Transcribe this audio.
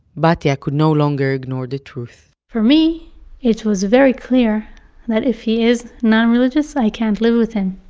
batya could no longer ignore the truth for me it was very clear that if he is nonreligious, i can't live with him.